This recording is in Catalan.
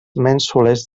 mènsules